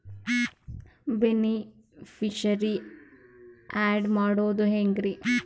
Beneficiary, add ಮಾಡೋದು ಹೆಂಗ್ರಿ?